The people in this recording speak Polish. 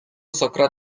sokra